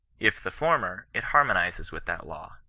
if the former, it harmonizes with that law.